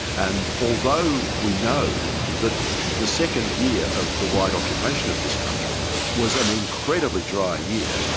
and although we know that the second year of the white occupation of this country was an incredibly dry year,